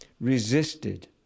resisted